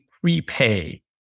prepay